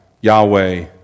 Yahweh